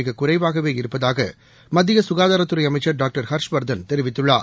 மிககுறைவாகவே இருப்பதாகமத்தியசுகாதாரத்துறைஅமைச்சர் டாக்டர் ஹர்ஷ்வர்தன் தெரிவித்துள்ளார்